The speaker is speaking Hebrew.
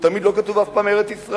לא כתוב אף פעם "ארץ-ישראל",